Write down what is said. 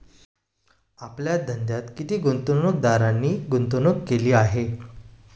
आपल्या धंद्यात किती गुंतवणूकदारांनी गुंतवणूक केली आहे?